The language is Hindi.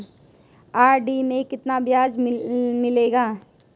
आर.डी में कितना ब्याज मिलेगा?